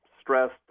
stressed